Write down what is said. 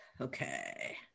Okay